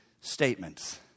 statements